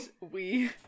we-